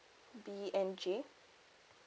B N J